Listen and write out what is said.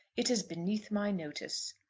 it is beneath my notice.